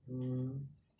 mm